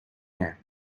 air